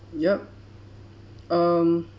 yup um